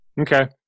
Okay